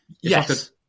Yes